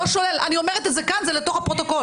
אני אומרת את זה כאן, זה לתוך הפרוטוקול.